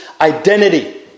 identity